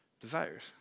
desires